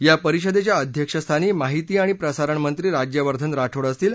या परिषदेच्या अध्यक्षस्थानी माहिती आणि प्रसारण मंत्री राज्यवर्धन राठोड असतील